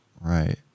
Right